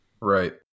right